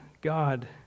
God